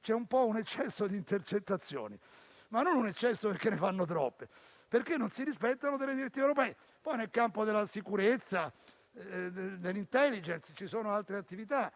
c'è un certo eccesso di intercettazioni; non un eccesso perché ne fanno troppe, bensì perché non si rispettano delle direttive europee. Poi nel campo della sicurezza e dell'*intelligence* ci sono attività